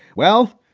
well,